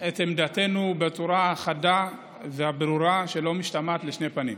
את עמדתנו בצורה חדה וברורה שלא משתמעת לשתי פנים: